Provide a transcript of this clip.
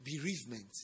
bereavement